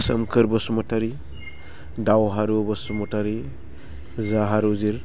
सोमखोर बसुमतारी दावहारु बसुमतारी जाहारु जिल